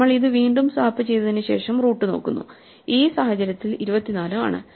നമ്മൾ ഇത് വീണ്ടും സ്വാപ്പ് ചെയ്തതിനുശേഷം റൂട്ട് നോക്കുന്നു ഈ സാഹചര്യത്തിൽ 24 ആണ്